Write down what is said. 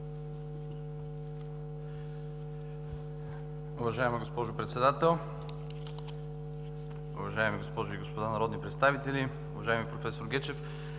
Уважаеми господин Председател, уважаеми госпожи и господа народни представители, уважаема госпожо